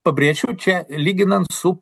pabrėšiu čia lyginant su